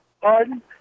Pardon